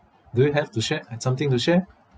do you have to share something to share